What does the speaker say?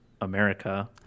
America